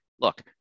look